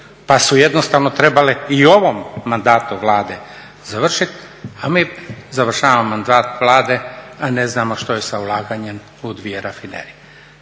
pa su jednostavno trebale i u ovom mandatu Vlade završit, a mi završavamo mandat Vlade, a ne znamo šta je sa ulaganjem u dvije rafinerije